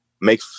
make